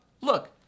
look